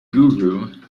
guru